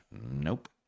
Nope